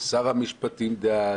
כולל שר המשפטים דאז.